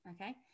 okay